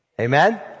Amen